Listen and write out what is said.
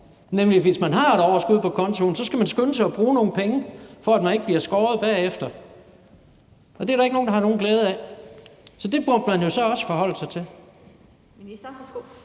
For hvis man har et overskud på kontoen, skal man skynde sig at bruge nogle penge, så man ikke bliver skåret i budgettet bagefter, og det er der ikke nogen der har glæde af. Så det burde man jo så også forholde sig til.